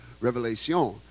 Revelation